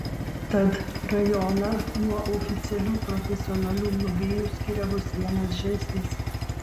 tad rajoną nuo oficialių profesionalių globėjų skiria vos vienas žingsnis